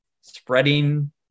spreading